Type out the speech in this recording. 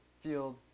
field